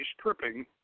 tripping